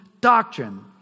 Doctrine